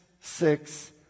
six